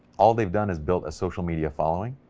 all they've done is built a social media following,